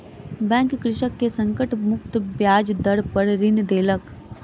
bank कृषक के संकट मुक्त ब्याज दर पर ऋण देलक